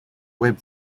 web